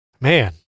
Man